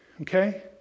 Okay